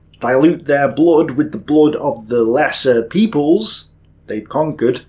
dilute their blood with the blood of the lesser-peoples they'd conquered,